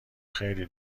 خیلی